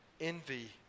envy